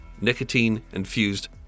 nicotine-infused